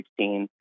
2016